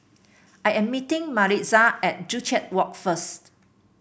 I am meeting Maritza at Joo Chiat Walk first